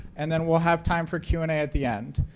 and then we'll have time for q and a at the end.